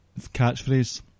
catchphrase